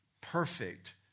perfect